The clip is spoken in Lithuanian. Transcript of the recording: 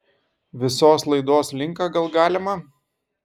visos laidos linką gal galima